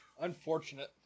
Unfortunate